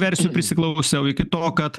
versijų prisiklausiau iki to kad